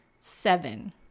Seven